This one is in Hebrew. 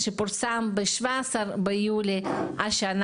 שפורסם בתאריך 17 ביולי 2023,